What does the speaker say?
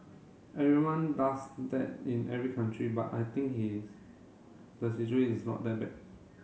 everyone does that in every country but I think his the situation is not that bad